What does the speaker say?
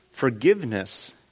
Forgiveness